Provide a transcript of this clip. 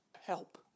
Help